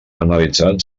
analitzat